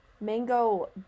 mango